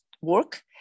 work